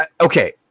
Okay